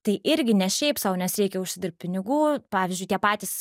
tai irgi ne šiaip sau nes reikia užsidirbt pinigų pavyzdžiui tie patys